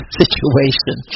situation